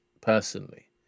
personally